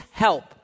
help